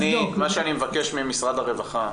מה שאני מבקש ממשרד הרווחה,